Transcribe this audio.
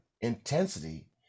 intensity